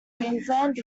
queensland